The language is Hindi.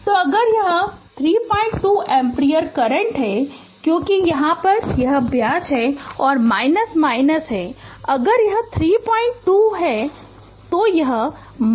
तो अगर यह 32 एम्पीयर करंट है क्योंकि ब्याज है और है अगर यह 32 के